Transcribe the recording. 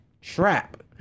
trap